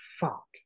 fuck